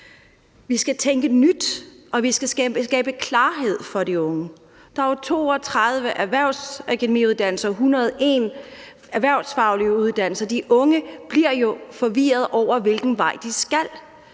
Vi skal tænke nyt, og vi skal skabe klarhed for de unge. Der er 32 erhvervsakademiuddannelser og 101 erhvervsfaglige uddannelser, så de unge bliver jo forvirret over, hvilken vej de skal.